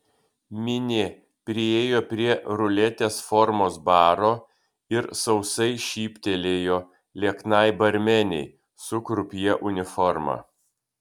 minė priėjo prie ruletės formos baro ir sausai šyptelėjo lieknai barmenei su krupjė uniforma